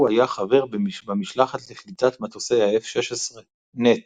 הוא היה חבר במשלחת לקליטת מטוסי הF-16 "נץ"